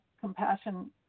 compassion